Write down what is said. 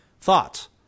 Thoughts